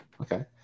Okay